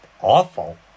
awful